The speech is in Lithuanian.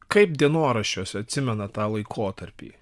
kaip dienoraščiuose atsimena tą laikotarpį